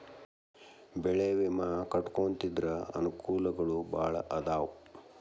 ಬೆಳೆ ವಿಮಾ ಕಟ್ಟ್ಕೊಂತಿದ್ರ ಅನಕೂಲಗಳು ಬಾಳ ಅದಾವ